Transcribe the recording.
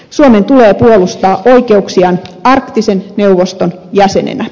suomen tulee puolustaa oikeuksiaan arktisen neuvoston jäsenenä